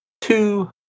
two